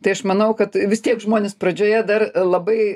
tai aš manau kad vis tiek žmonės pradžioje dar labai